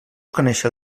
conéixer